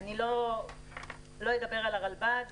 אני לא אדבר על הרלב"ד.